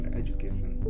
education